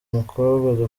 umukobwa